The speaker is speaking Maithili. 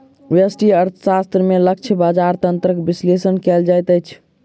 व्यष्टि अर्थशास्त्र में लक्ष्य बजार तंत्रक विश्लेषण कयल जाइत अछि